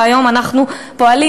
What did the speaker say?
והיום אנחנו פועלים.